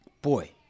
Boy